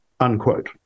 unquote